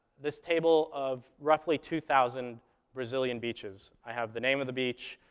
this table of roughly two thousand brazilian beaches. i have the name of the beach,